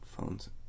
phones